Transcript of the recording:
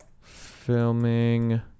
filming